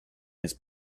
his